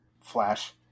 Flash